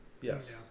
Yes